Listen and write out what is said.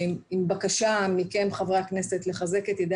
עם בקשה מכם חברי הכנסת לחזק את ידי